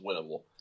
winnable